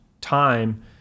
time